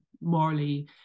morally